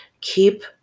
keep